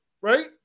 right